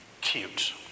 cute